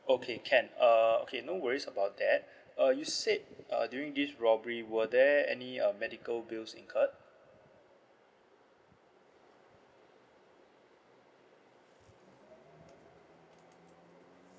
okay can uh okay no worries about that uh you said uh during this robbery were there any um medical bills incurred